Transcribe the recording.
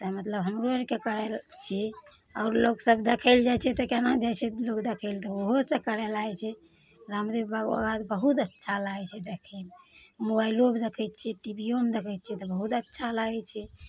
तऽ मतलब हमरो आरके करै छियै आओर लोक सब देखै लए जाइ छै तऽ केना जाइ छै लोक देखै लए तऽ ओहो सऽ करय लागै छियै रामदेव बाबाके बहुत अच्छा लागै छै देखैमे मोबाइलोमे देखै छियै टीविओमे देखै छियै तऽ बहुत अच्छा लागै छै